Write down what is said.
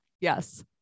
Yes